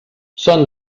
són